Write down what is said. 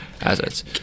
assets